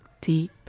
deep